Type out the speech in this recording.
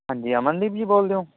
ਹਾਂਜੀ ਅਮਨਦੀਪ ਜੀ ਬੋਲਦੇ ਹੋ